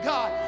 God